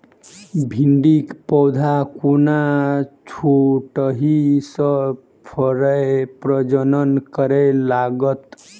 भिंडीक पौधा कोना छोटहि सँ फरय प्रजनन करै लागत?